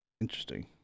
Interesting